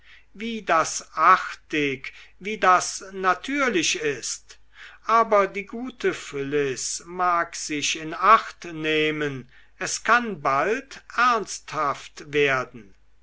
wie das artig wie das natürlich ist aber die gute phyllis mag sich in acht nehmen es kann bald ernsthaft werden